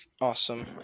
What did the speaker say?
Awesome